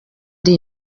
iri